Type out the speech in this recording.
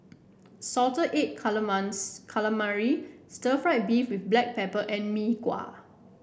Salted Egg Calamari stir fry beef with Black Pepper and Mee Kuah